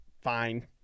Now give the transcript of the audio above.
fine